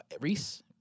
Reese